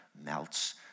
melts